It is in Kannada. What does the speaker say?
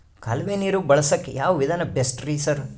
ಕಾಲುವೆ ನೀರು ಬಳಸಕ್ಕ್ ಯಾವ್ ವಿಧಾನ ಬೆಸ್ಟ್ ರಿ ಸರ್?